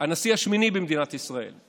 הנשיא השמיני במדינת ישראל,